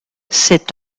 c’est